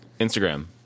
Instagram